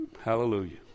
hallelujah